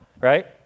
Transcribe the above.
right